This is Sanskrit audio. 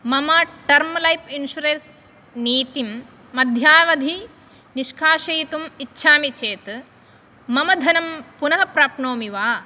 मम टर्म् लैफ़् इन्शुरन्स् नीतिं मध्यावधि निष्कासयितुम् इच्छामि चेत् मम धनं पुनः प्राप्नोमि वा